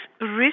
risk